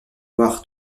avoir